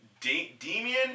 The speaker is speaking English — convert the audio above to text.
Demian